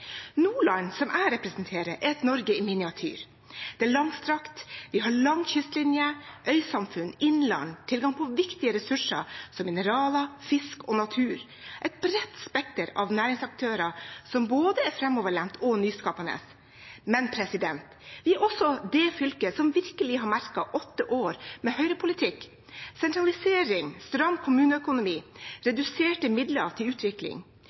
Nordland, som jeg representerer, er et Norge i miniatyr. Det er langstrakt, har lang kystlinje, er et øysamfunn, har innland og tilgang på viktige ressurser som mineraler, fisk og natur – og har et bredt spekter av næringsaktører som er både framoverlente og nyskapende. Men vi er også det fylket som virkelig har merket åtte år med høyrepolitikk, sentralisering, stram kommuneøkonomi, reduserte midler til utvikling,